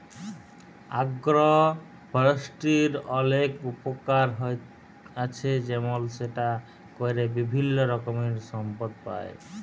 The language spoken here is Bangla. আগ্র ফরেষ্ট্রীর অলেক উপকার আছে যেমল সেটা ক্যরে বিভিল্য রকমের সম্পদ পাই